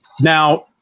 Now